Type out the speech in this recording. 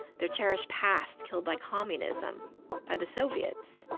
their cherished past killed by communism by the soviets,